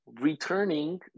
returning